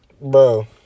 Bro